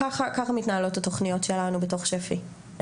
ככה מתנהלות התוכניות שלנו בתוך שפ"י.